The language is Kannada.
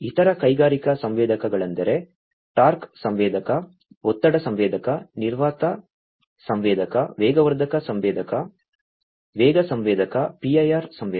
ಇತರ ಕೈಗಾರಿಕಾ ಸಂವೇದಕಗಳೆಂದರೆ ಟಾರ್ಕ್ ಸಂವೇದಕ ಒತ್ತಡ ಸಂವೇದಕ ನಿರ್ವಾತ ಸಂವೇದಕ ವೇಗವರ್ಧಕ ಸಂವೇದಕ ವೇಗ ಸಂವೇದಕ PIR ಸಂವೇದಕ